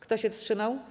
Kto się wstrzymał?